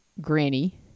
Granny